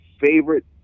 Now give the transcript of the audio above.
favorite